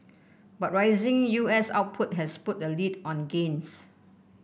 but rising U S output has put the lid on gains